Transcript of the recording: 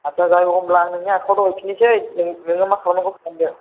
आदसा जाय हग होनब्ला आङो दा नोंनि आखायाव हैफिनोसै नों नोङो मा खालामनांगौ खालामदो